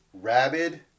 Rabid